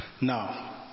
Now